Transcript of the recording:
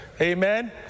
amen